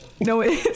No